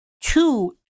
two